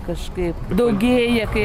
kažkaip daugėja kai